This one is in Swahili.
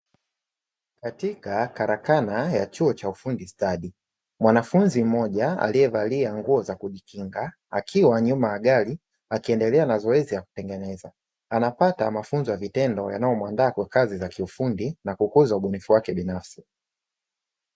Katika karakana ya chuo cha ufundi stadi. Mwanafunzi mmoja aliyevalia nguo za kujikinga akiwa nyuma ya gari, akiendele na zoezi la kutengeneza. Anapata mafunzo ya vitendo yanayomuandaa kwa kazi za kiufundi na kukuza ubunifu wake binafsi.